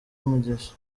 umugisha